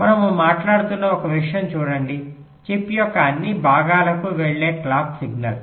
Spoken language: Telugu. మనము మాట్లాడుతున్న ఒక విషయం చూడండి చిప్ యొక్క అన్ని భాగాలకు వెళ్లే క్లాక్ సిగ్నల్